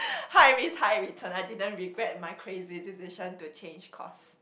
high risk high return I didn't regret my crazy decision to change course